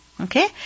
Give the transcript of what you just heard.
Okay